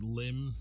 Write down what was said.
limb